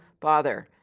bother